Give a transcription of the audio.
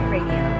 Radio